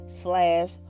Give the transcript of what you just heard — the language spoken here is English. slash